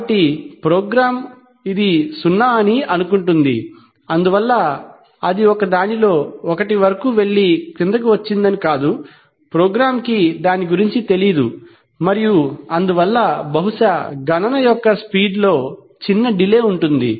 కాబట్టి ప్రోగ్రామ్ ఇది సున్నా అని అనుకుంటుంది అందువల్ల అది ఒక దానిలో ఒకటి వరకు వెళ్లి క్రిందికి వచ్చిందని కాదు ప్రోగ్రామ్కి దాని గురించి తెలియదు మరియు అందువల్ల బహుశా గణన యొక్క స్పీడ్ లో చిన్న డిలే ఉంటుంది